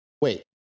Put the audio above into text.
Wait